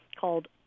called